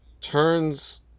turns